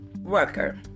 worker